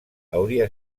hauria